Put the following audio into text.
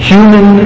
Human